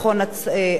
עבר פלילי).